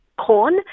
corn